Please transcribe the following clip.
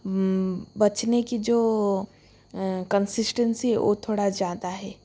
बचने की जो कंसिस्टेंसी वो थोड़ा ज़्यादा है